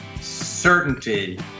certainty